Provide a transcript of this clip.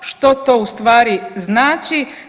Što to ustvari znači?